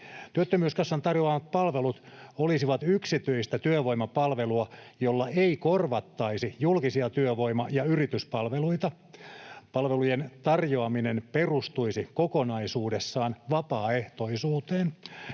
Työttömyyskassan tarjoamat palvelut olisivat yksityistä työvoimapalvelua, jolla ei korvattaisi julkisia työvoima- ja yrityspalveluita. Palvelujen tarjoaminen perustuisi kokonaisuudessaan vapaaehtoisuuteen.